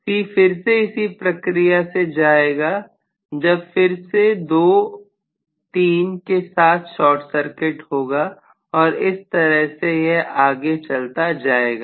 C फिर से इसी प्रक्रिया से जाएगा जब फिर से 2 3 के साथ शार्ट सर्किट होगा और इस तरह से यह आगे चलता जाएगा